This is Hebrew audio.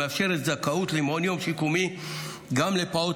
המאפשרת זכאות למעון יום שיקומי גם לפעוט